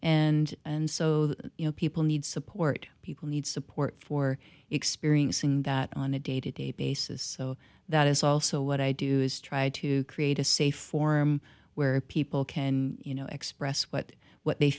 and and so you know people need support people need support for experiencing that on a day to day basis so that is also what i do is try to create at a safe form where people can you know express what what they